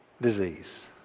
Disease